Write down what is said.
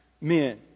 men